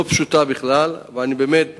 לא פשוטה בכלל, ואני באמת אומר,